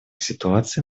ситуаций